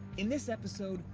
in this episode,